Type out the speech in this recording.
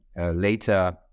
later